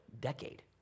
decade